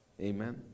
Amen